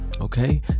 Okay